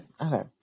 Okay